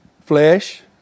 Flesh